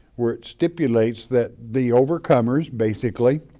where it stipulates that the overcomers basically